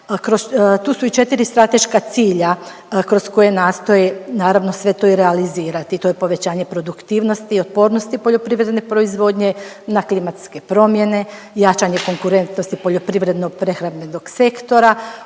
tu su i četiri strateška cilja kroz koje nastoji naravno sve to i realizirati. To je povećanje produktivnosti i otpornosti poljoprivredne proizvodnje, na klimatske promjene, jačanje konkurentnosti poljoprivrednog, prehrambenog sektora,